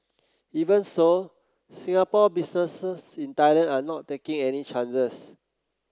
even so Singapore businesses in Thailand are not taking any chances